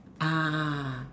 ah